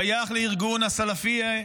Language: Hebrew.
ששייך לארגון הסלפייה,